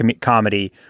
comedy